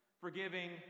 forgiving